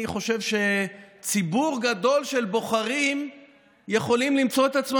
אנחנו הצבענו נגד החוקים האלה בכנסת הקודמת.